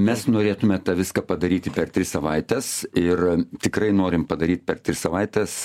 mes norėtume tą viską padaryti per tris savaites ir tikrai norim padaryt per savaites